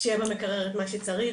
שיהיה במקרר את מה שצריך,